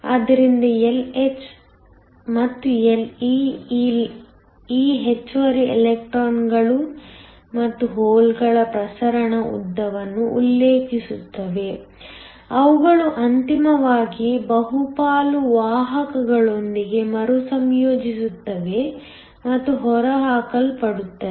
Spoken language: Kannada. ಆದ್ದರಿಂದ Lh ಮತ್ತು Le ಈ ಹೆಚ್ಚುವರಿ ಎಲೆಕ್ಟ್ರಾನ್ಗಳು ಮತ್ತು ಹೋಲ್ ಗಳ ಪ್ರಸರಣ ಉದ್ದವನ್ನು ಉಲ್ಲೇಖಿಸುತ್ತವೆ ಅವುಗಳು ಅಂತಿಮವಾಗಿ ಬಹುಪಾಲು ವಾಹಕಗಳೊಂದಿಗೆ ಮರುಸಂಯೋಜಿಸುತ್ತವೆ ಮತ್ತು ಹೊರಹಾಕಲ್ಪಡುತ್ತವೆ